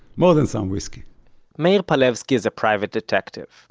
more than some whisky me'ir palevsky is a private detective.